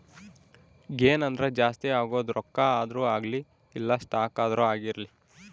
gain ಅಂದ್ರ ಜಾಸ್ತಿ ಆಗೋದು ರೊಕ್ಕ ಆದ್ರೂ ಅಗ್ಲಿ ಇಲ್ಲ ಸ್ಟಾಕ್ ಆದ್ರೂ ಆಗಿರ್ಲಿ